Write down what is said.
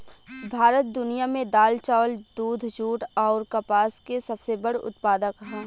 भारत दुनिया में दाल चावल दूध जूट आउर कपास के सबसे बड़ उत्पादक ह